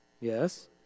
Yes